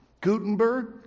Gutenberg